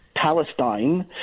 Palestine